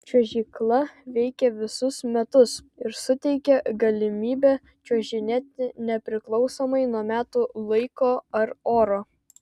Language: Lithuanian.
čiuožykla veikia visus metus ir suteikia galimybę čiuožinėti nepriklausomai nuo metų laiko ar oro